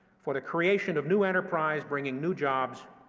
for the creation of new enterprise, bringing new jobs,